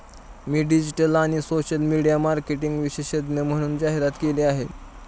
मी digital आणि social media marketing विशेषज्ञ म्हणून जाहिरात केली आहे